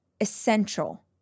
essential